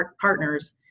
partners